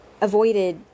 avoided